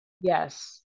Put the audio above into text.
Yes